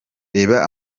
reba